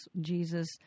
Jesus